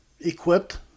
equipped